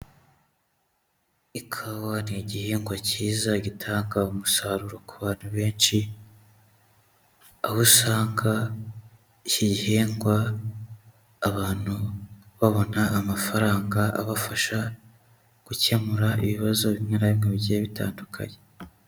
Ikawa ni igihingwa cyiza gitanga umusaruro ku bantu benshi, aho usanga iki gihingwa abantu babona amafaranga abafasha gukemura ibibazo bimwe na bikmwe bigiye bitandukanye.